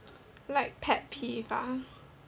like pet peeve ah